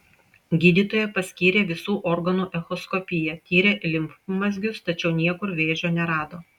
gydytoja paskyrė visų organų echoskopiją tyrė limfmazgius tačiau niekur vėžio nerado